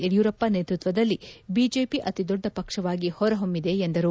ಯುಡಿಯೂರಪ್ಪ ನೇತೃತ್ವದಲ್ಲಿ ಬಿಜೆಪಿ ಅತಿ ದೊಡ್ಡ ಪಕ್ಷವಾಗಿ ಹೊರಹೊಮ್ಮಿದೆ ಎಂದರು